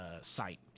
site